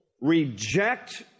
reject